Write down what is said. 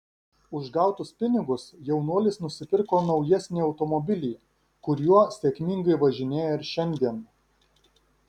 už gautus pinigus jaunuolis nusipirko naujesnį automobilį kuriuo sėkmingai važinėja ir šiandien